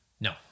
No